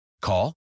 Call